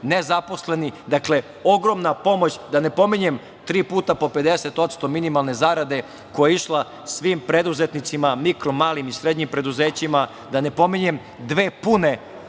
nezaposleni. Dakle, ogromna pomoć, da ne pominjem tri puta po 50% minimalne zarade koja je išla svim preduzetnicima, mikro, malim i srednjim preduzećima, da ne pominjem dve pune